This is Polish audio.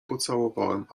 pocałowałem